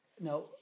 No